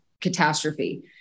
catastrophe